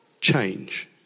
change